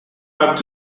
back